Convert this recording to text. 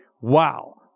wow